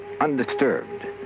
undisturbed